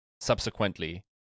subsequently